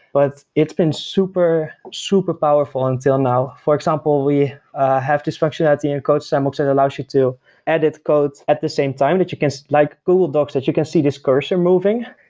but it's it's been super, super powerful until now for example, we have this functionality in codesandbox that allows you to edit code at the same time that you can like google docs that you can see this cursor moving.